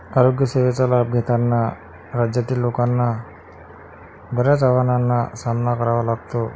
आरोग्यसेवेचा लाभ घेताना राज्यातील लोकांना बऱ्याच आव्हानांना सामना करावा लागतो